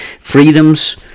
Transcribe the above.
freedoms